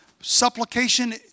supplication